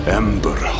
ember